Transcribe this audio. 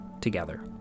together